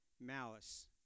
malice